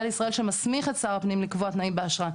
לישראל שמסמיך את שר הפנים לקבוע תנאים באשרה.